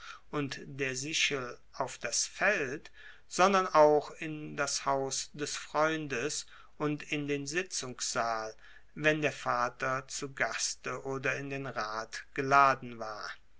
und der sichel auf das feld sondern auch in das haus des freundes und in den sitzungssaal wenn der vater zu gaste oder in den rat geladen war